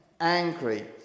angry